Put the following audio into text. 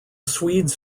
swedes